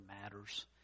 matters